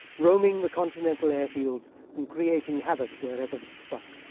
roaming the continental airfields and creating havoc wherever it struck.